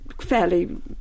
fairly